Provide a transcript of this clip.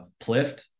Plift